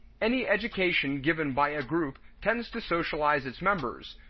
any education given by a group tends to socialize its members,